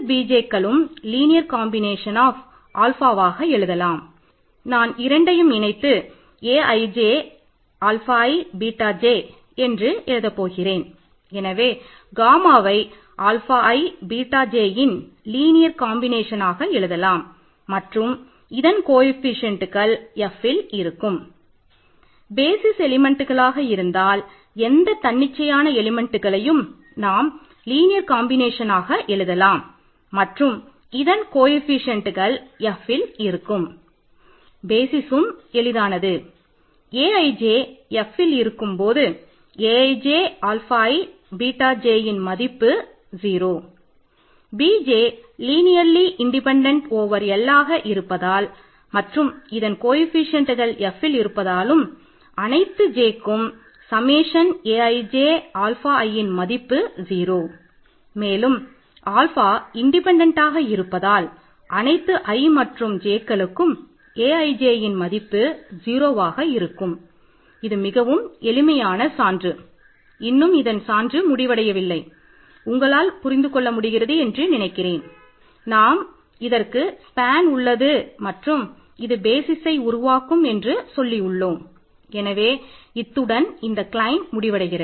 பேசிஸ்சும் முடிவடைகிறது